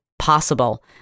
possible